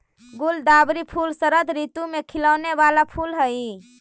गुलदावरी फूल शरद ऋतु में खिलौने वाला फूल हई